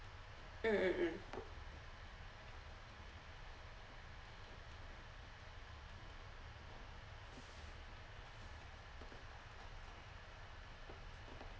mm mm mm